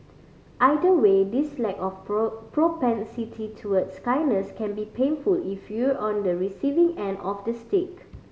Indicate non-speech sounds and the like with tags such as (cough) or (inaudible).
either way this lack of (unintelligible) propensity towards kindness can be painful if you're on the receiving end of the stick